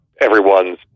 everyone's